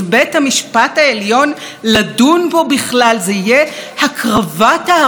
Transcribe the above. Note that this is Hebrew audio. זה יהיה "הקרבת הערכים הדמוקרטיים עצמם" וגם זה ציטוט.